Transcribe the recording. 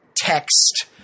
text